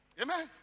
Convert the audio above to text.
Amen